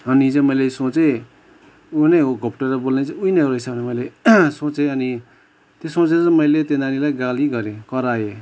अनि चाहिँ मैले सोचेँ ऊ नै हो घोप्टेर बोल्ने चाहिँ उही नै रहेछ भनेर मैले सोचेँ अनि त्यो सोचेर चाहिँ मैले त्यो नानीलाई गाली गरेँ कराएँ